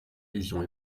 lésions